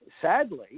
sadly